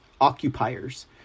occupiers